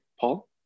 Paul